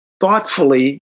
thoughtfully